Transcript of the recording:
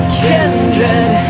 kindred